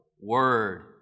Word